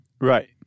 Right